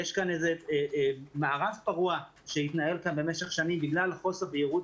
יש כאן איזה מערב פרוע שהתנהל כאן במשך שנים בגלל חוסר בהירות